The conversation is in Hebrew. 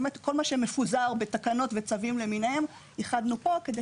באמת כל מה שמפוזר בתקנות וצווים למיניהם איחדנו פה כדי